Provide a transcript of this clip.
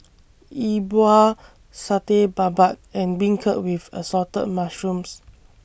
Yi Bua Satay Babat and Beancurd with Assorted Mushrooms